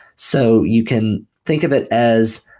so you can think of it as,